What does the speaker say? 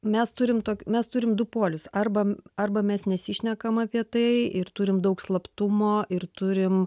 mes turim tok mes turim du polius arba arba mes nesišnekam apie tai ir turim daug slaptumo ir turim